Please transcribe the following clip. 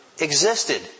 existed